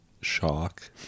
shock